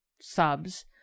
subs